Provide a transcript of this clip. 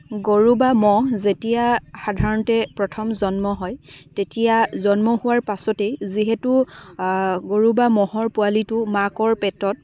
গৰু বা ম'হ যেতিয়া সাধাৰণতে প্ৰথম জন্ম হয় তেতিয়া জন্ম হোৱাৰ পাছতেই যিহেতু গৰু বা ম'হৰ পোৱালিটো মাকৰ পেটত